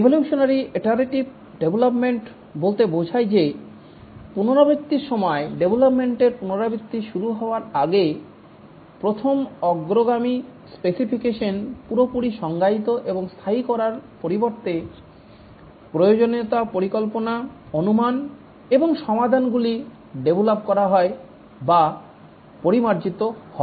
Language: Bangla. এভোলিউশনারী ইটারেটিভ ডেভেলপমেন্ট বলতে বোঝায় যে পুনরাবৃত্তির সময় ডেভলপমেন্টের পুনরাবৃত্তি শুরু হওয়ার আগে প্রধান অগ্রগামী স্পেসিফিকেশন পুরোপুরি সংজ্ঞায়িত এবং স্থায়ী করার পরিবর্তে প্রয়োজনীয়তা পরিকল্পনা অনুমান এবং সমাধানগুলি ডেভলপ করা হয় বা পরিমার্জিত হয়